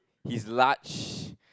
he is large